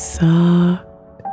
soft